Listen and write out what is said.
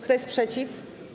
Kto jest przeciw?